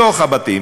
בתוך הבתים,